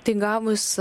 tai gavus